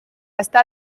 está